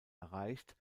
erreicht